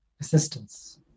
assistance